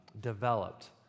developed